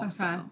Okay